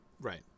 Right